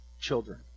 children